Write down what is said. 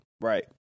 right